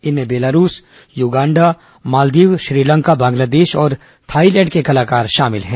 इनमें Belarus Uganda Maldives Sri Lanka Bangladesh और Thailand के कलाकार शामिल हैं